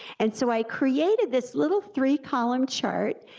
and so i created this little three column chart,